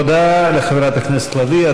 תודה לחברת הכנסת לביא.